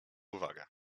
uwagę